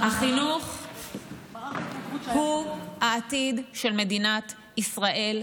החינוך הוא העתיד של מדינת ישראל.